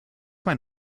mein